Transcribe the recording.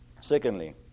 Secondly